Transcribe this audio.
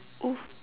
oh